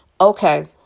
Okay